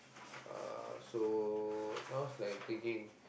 uh so now's like thinking